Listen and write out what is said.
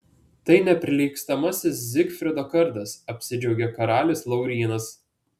tai neprilygstamasis zigfrido kardas apsidžiaugė karalius laurynas